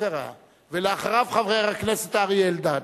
חבר הכנסת אריה אלדד.